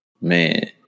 Man